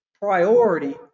priority